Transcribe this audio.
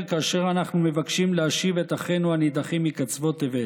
כאשר אנחנו מבקשים להשיב את אחינו הנידחים מקצוות תבל,